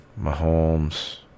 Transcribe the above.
Mahomes